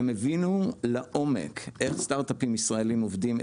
הם הבינו לעומק איך סטארטאפים ישראליים עובדים,